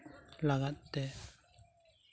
ᱞᱟᱜᱟᱫ ᱛᱮ